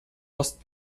ost